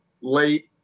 late